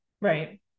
right